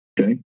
Okay